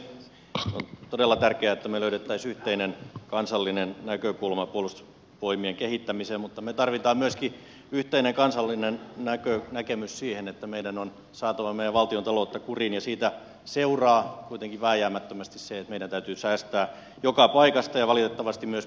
on todella tärkeää että me löytäisimme yhteisen kansallisen näkökulman puolustusvoimien kehittämiseen mutta me tarvitsemme myöskin yhteisen kansallisen näkemyksen siihen että meidän on saatava meidän valtiontaloutta kuriin ja siitä seuraa kuitenkin vääjäämättömästi se että meidän täytyy säästää joka paikasta ja valitettavasti myös puolustusvoimista